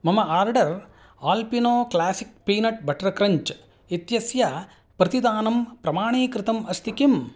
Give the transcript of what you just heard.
मम order Alpino classic peanut butter crunch इत्यस्य प्रतिदानं प्रमाणीकृतम् अस्ति किम्